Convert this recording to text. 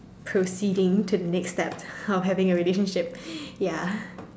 proceeding to the next step of having a relationship ya